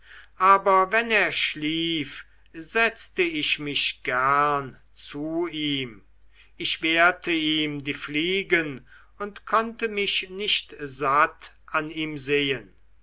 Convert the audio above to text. aber wenn er schlief setzte ich mich gern zu ihm ich wehrte ihm die fliegen und konnte mich nicht satt an ihm sehen